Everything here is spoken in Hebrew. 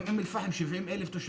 גם אום אל פחם, 70,000 תושבים,